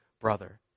brother